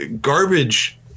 garbage